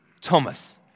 Thomas